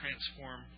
transform